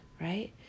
right